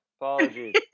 Apologies